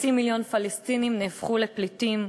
חצי מיליון פלסטינים נהפכו לפליטים.